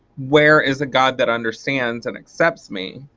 where is a god that understands and accepts me